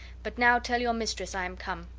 but now tell your mistress i am come.